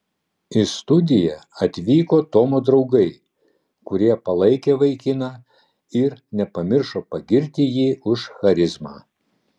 į studiją atvyko tomo draugai kurie palaikė vaikiną ir nepamiršo pagirti jį už charizmą